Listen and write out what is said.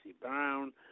Brown